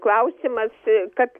klausimas kad